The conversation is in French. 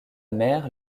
mère